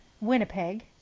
Winnipeg